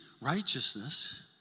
righteousness